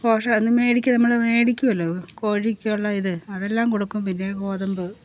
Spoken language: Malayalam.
പോഷകം മേടിക്കും നമ്മൾ മേടിക്കുവല്ലോ കോഴിക്കുള്ള ഇത് അതെല്ലാം കൊടുക്കും പിന്നെ ഗോതമ്പ്